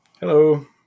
Hello